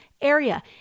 area